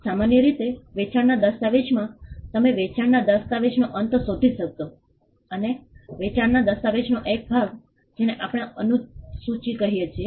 સામાન્ય રીતે વેચાણના દસ્તાવેજમાં તમે વેચાણના દસ્તાવેજનો અંત શોધી શકશો અને વેચાણના દસ્તાવેજનો એક ભાગ જેને આપણે અનુસૂચી કહીએ છીએ